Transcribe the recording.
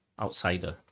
outsider